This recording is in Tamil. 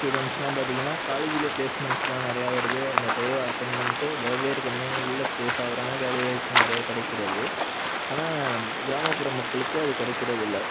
ஸ்டூடெண்ட்ஸ்லாம் பார்த்திங்கன்னா காலேஜ்ஜுலயே ப்ளேஸ்மெண்ட்ஸ்லாம் நிறையா வருது அந்த டிரையோ அட்டன் பண்ணிட்டு வெவ்வேறு கம்பெனிகள்ல ப்ளேஸ் ஆகிறாங்க வேலை வாய்ப்பும் நிறையா கிடைக்கிறது ஆனால் கிராமப்புற மக்களுக்கு அது கிடைக்கிறது இல்லை